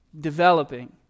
developing